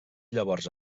llavors